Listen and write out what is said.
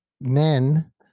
men